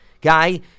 guy